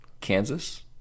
Kansas